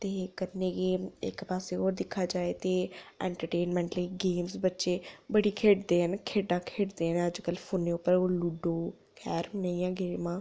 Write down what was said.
ते कन्नै गै इक पास्सै होर दिक्खेआ जा ते ऐंटरटेनमैंट लेई गेमां बच्चे बड़ी खेढदे न खेढां खेढदे न अजकल फोनै उप्पर ओह् लूडो खैर नेहियां गेमां